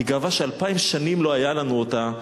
היא גאווה שאלפיים שנים לא היה לנו אותה.